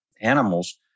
animals